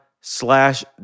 slash